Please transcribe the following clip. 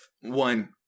one